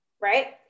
right